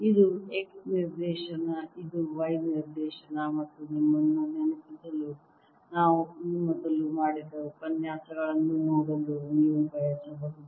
ಇದು X ನಿರ್ದೇಶನ ಇದು Y ನಿರ್ದೇಶನ ಮತ್ತು ನಿಮ್ಮನ್ನು ನೆನಪಿಸಲು ನಾವು ಈ ಮೊದಲು ಮಾಡಿದ ಉಪನ್ಯಾಸಗಳನ್ನು ನೋಡಲು ನೀವು ಬಯಸಬಹುದು